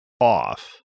off